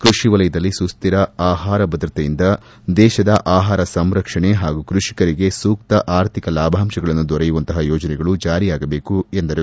ಕೃಷಿವಲಯದಲ್ಲಿ ಸುಸ್ವಿರ ಆಹಾರ ಭದ್ರತೆಯಿಂದ ದೇಶದ ಆಹಾರ ಸಂರಕ್ಷಣೆ ಹಾಗೂ ಕೃಷಿಕರಿಗೆ ಸೂಕ್ತ ಆರ್ಥಿಕ ಲಾಭಾಂಶಗಳು ದೊರೆಯುವಂತಹ ಯೋಜನೆಗಳು ಜಾರಿಯಾಗಬೇಕು ಎಂದರು